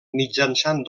mitjançant